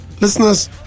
listeners